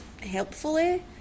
helpfully